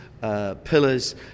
pillars